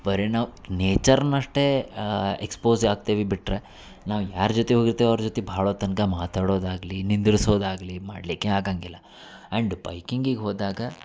ಬರೆ ನಾವು ನೇಚರ್ನ ಅಷ್ಟೇ ಎಕ್ಸ್ಪೋಸ್ ಆಗ್ತೇವಿ ಬಿಟ್ಟರೆ ನಾವು ಯಾರ ಜೊತೆ ಹೋಗಿರ್ತೆವ್ ಅವ್ರ ಜೊತೆ ಭಾಳ ಹೊತ್ತು ತನಕ ಮಾತಾಡೋದು ಆಗಲಿ ನಿಂದ್ರಿಸೋದು ಆಗಲಿ ಮಾಡಲಿಕ್ಕೆ ಆಗಂಗಿಲ್ಲ ಆ್ಯಂಡ್ ಬೈಕಿಂಗಿಗೆ ಹೋದಾಗ